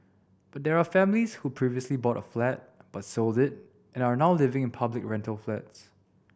there are families who previously bought a flat but sold it and are now living in public rental flats